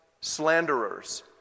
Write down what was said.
slanderers